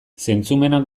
zentzumenak